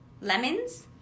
lemons